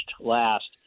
last